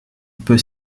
peut